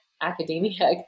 academia